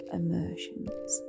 immersions